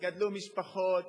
גדלו משפחות.